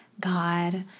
God